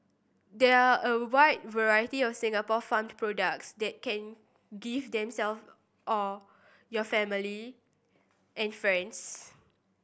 there are a wide variety of Singapore famed products that can gift themself or your family and friends